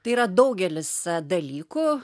tai yra daugelis dalykų